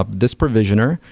ah this provisioner,